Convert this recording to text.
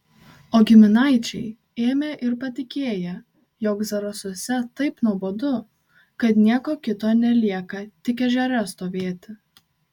o giminaičiai ėmę ir patikėję jog zarasuose taip nuobodu kad nieko kito nelieka tik ežere stovėti